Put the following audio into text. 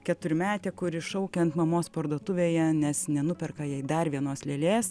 keturmetė kuri šaukia ant mamos parduotuvėje nes nenuperka jai dar vienos lėlės